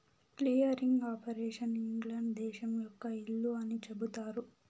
clearing operation England దేశం యొక్క ఇల్లు అని చెబుతారు